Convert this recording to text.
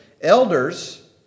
Elders